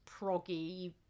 proggy